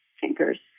thinkers